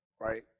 right